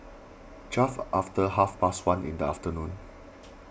just after half past one in the afternoon